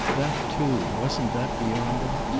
that, too, wasn't that beyond him?